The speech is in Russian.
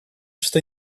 что